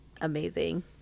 amazing